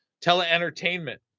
Tele-entertainment